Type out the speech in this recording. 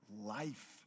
life